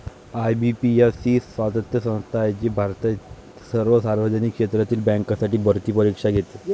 IBPS ही स्वायत्त संस्था आहे जी भारतातील सर्व सार्वजनिक क्षेत्रातील बँकांसाठी भरती परीक्षा घेते